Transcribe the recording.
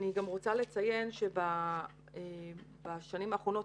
אני רוצה לציין גם שבשנים האחרונות,